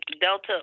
Delta